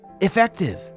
Effective